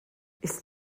ist